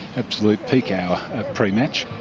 absolute peak hour pre-match.